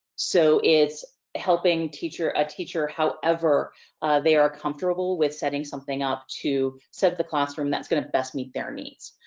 so it's helping a ah teacher however they are comfortable with setting something up to set up the classroom that's gonna best meet their needs.